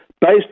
based